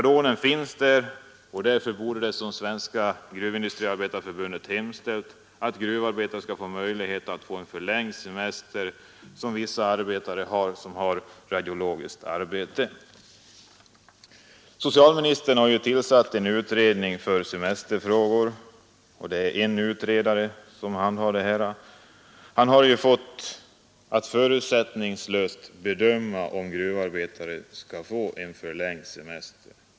Den finns där och därför borde såsom Svenska gruvindustriarbetareförbundet hemställt gruvarbetare få möjlighet till Socialministern har tillsatt en utredare för semesterfrågor. Denne har att förutsättningslöst bedöma om gruvarbetare skall få en förlängd semester.